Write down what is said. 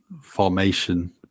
formation